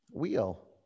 wheel